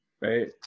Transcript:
right